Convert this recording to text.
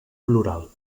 plural